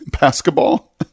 basketball